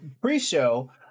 pre-show